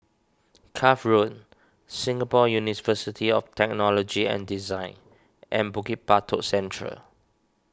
Cuff Road Singapore of Technology and Design and Bukit Batok Central